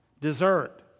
desert